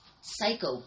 psycho